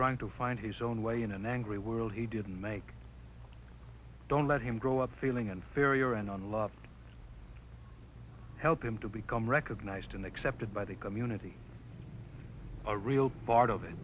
trying to find his own way in an angry world he didn't make don't let him grow up feeling inferior and on love help him to become recognized and accepted by the community a real part of it